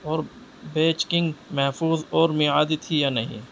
اور بیچ کنگ محفوظ اور میعادی تھی یا نہیں